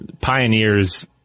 pioneers